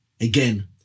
Again